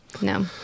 No